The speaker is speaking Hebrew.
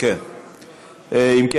אם כן,